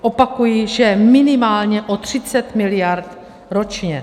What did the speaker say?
Opakuji, že minimálně o 30 mld. ročně.